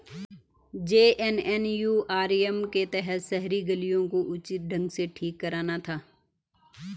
JNNURM के तहत शहरी गलियारों को उचित ढंग से ठीक कराना था